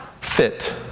fit